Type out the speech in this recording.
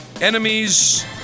enemies